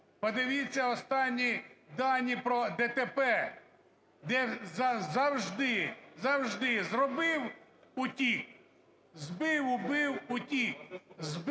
Подивіться останні дані про ДТП, де завжди, завжди зробив – утік, збив, убив – утік.